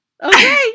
Okay